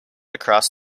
across